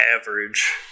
average